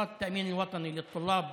שבא להשוות תגמולי ביטוח לאומי לסטודנטים